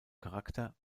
charakter